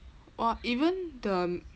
!wah! even the